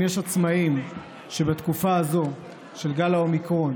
אם בתקופה הזאת של גל האומיקרון